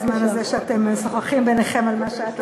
הזמן הזה שאתם משוחחים ביניכם על מה שאת עשית,